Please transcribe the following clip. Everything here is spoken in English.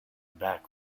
back